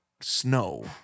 snow